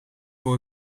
voor